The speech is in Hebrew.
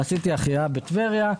עשיתי החייאה בטבריה.